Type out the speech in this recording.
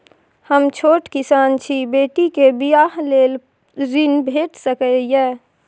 हम छोट किसान छी, बेटी के बियाह लेल ऋण भेट सकै ये?